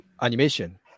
animation